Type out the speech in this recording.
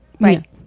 right